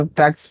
tax